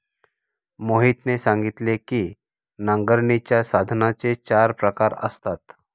मोहितने सांगितले की नांगरणीच्या साधनांचे चार प्रकार असतात